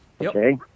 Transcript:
Okay